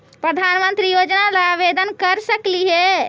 प्रधानमंत्री योजना ला आवेदन कर सकली हे?